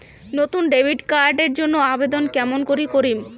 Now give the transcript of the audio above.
নতুন debit card এর জন্যে আবেদন কেমন করি করিম?